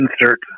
insert